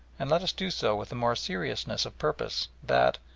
and let us do so with the more seriousness of purpose that,